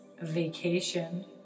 vacation